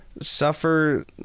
suffer